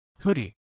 Hoodie